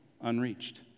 unreached